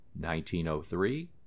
1903